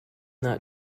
not